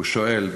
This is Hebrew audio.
הוא שואל: